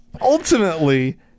Ultimately